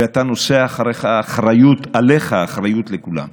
ואתה נושא עליך אחריות לכולם.